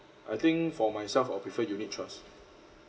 I think for myself I'll prefer unit trust